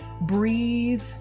breathe